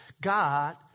God